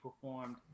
performed